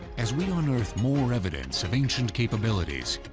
as we ah unearth more evidence of ancient capabilities,